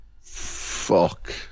Fuck